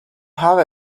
have